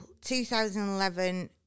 2011